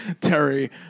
terry